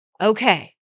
Okay